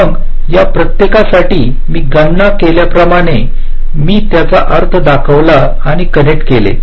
मग या प्रत्येकासाठी मी गणना केल्याप्रमाणे मी त्याचा अर्थ दाखविला आणि कनेक्ट केले